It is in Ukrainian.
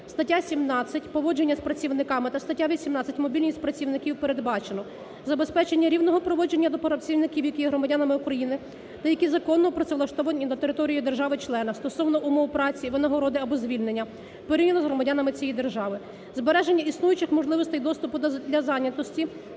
стаття 17 "Поводження з працівниками" та стаття 18 "Мобільність працівників" передбачено забезпечення рівного поводження до працівників, які є громадянами України та які законно працевлаштовані на території держави-члена стосовно умов праці, винагороди або звільнення порівняно з громадянами цієї держави. Збереження існуючих можливостей доступу для зайнятості